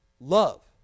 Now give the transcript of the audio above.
love